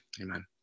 amen